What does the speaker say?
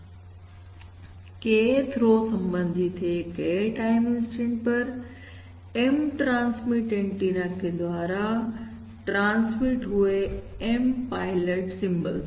Kth रो संबंधित है K टाइम इंस्टेंट पर M ट्रांसमिट एंटीना के द्वारा ट्रांसमिट हुए M पायलट सिंबल से